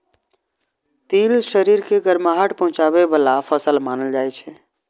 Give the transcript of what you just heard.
तिल शरीर के गरमाहट पहुंचाबै बला फसल मानल जाइ छै